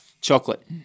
Chocolate